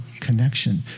connection